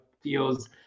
feels